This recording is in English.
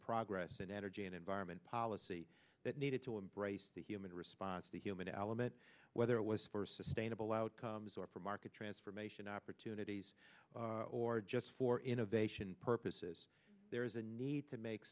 progress in energy and environment policy that needed to embrace the human response the human element whether it was for sustainable outcomes or for market transformation opportunities or just for innovation purposes there is a need to make